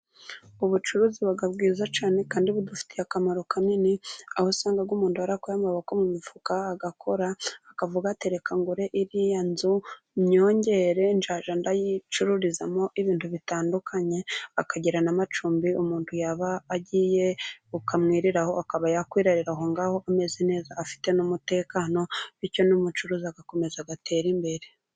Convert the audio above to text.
Ubucuruzi buba bwiza cyane kandi budufitiye akamaro kanini, aho usanga umuntu yarakuye amaboko mu mifuka, agakora akavuga ati: reka ngure iriya nzu nyongere nzajya ndayicururizamo ibintu bitandukanye, akagira n'amacumbi umuntu yaba agiye bukamwiriraho akaba yakwirarira aho ngaho, ameze neza afite n'umutekano bityo n'umucuruzi agakomeza agatere imbere.